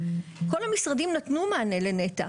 כל המשרדים נתנו מענה לנת"ע.